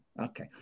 Okay